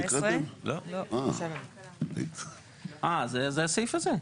סעיף 58 בעמוד 1. אוקיי הסעיף נוגע למנגנון הפקעת קרקעות,